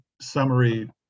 summary